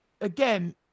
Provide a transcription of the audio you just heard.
Again